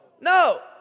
No